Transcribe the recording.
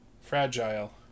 Fragile